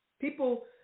People